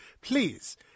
Please